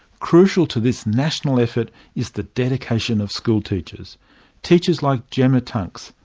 crucial to this national effort is the dedication of schoolteachers teachers like gemma tunks,